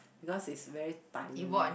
because it's very tiring